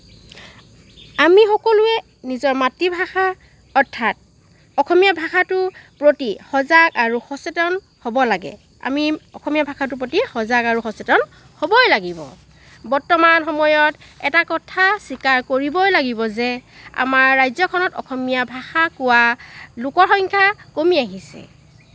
আমি সকলোৱে নিজৰ মাতৃভাষা অৰ্থাৎ অসমীয়া ভাষাটোৰ প্ৰতি সজাগ আৰু সচেতন হ'ব লাগে আমি অসমীয়া ভাষাটোৰ প্ৰতি সজাগ আৰু সচেতন হবই লাগিব বৰ্তমান সময়ত এটা কথা স্বীকাৰ কৰিবই লাগিব যে আমাৰ ৰাজ্যখনত অসমীয়া ভাষা কোৱা লোকৰ সংখ্যা কমি আহিছে